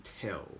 tell